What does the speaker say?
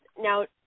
now